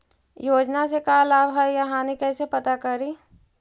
योजना से का लाभ है या हानि कैसे पता करी?